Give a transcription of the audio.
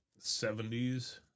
70s